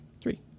Three